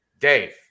Dave